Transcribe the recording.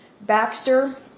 Baxter